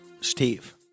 Steve